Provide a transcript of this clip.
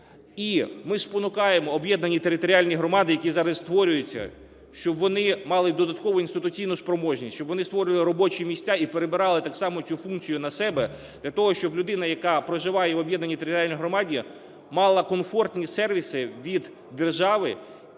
І ми спонукаємо об'єднані територіальні громади, які зараз створюються, щоб вони мали додаткову інституційну спроможність, щоб вони створювали робочі місця і перебирали так само цю функцію на себе для того, щоб людина, яка проживає в об'єднаній територіальній громаді, мала комфортні сервіси від держави